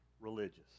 religious